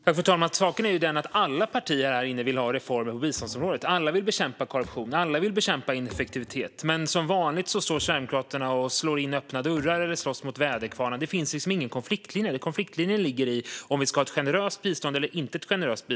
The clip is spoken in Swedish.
Fru talman! Saken är den att alla partier här inne vill ha reformer på biståndsområdet. Alla vill bekämpa korruption. Alla vill bekämpa ineffektivitet. Men som vanligt slår Sverigedemokraterna in öppna dörrar eller slåss mot väderkvarnar. Det finns liksom ingen konfliktlinje. Konfliktlinjen gäller om vi ska ha ett generöst bistånd eller inte.